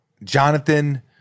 Jonathan